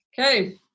okay